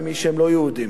ממי שהם לא יהודים,